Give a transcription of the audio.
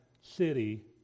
city